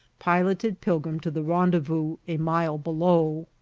piloted pilgrim to the rendezvous a mile below.